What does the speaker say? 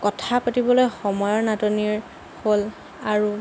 কথা পাতিবলৈ সময়ৰ নাটনি হ'ল আৰু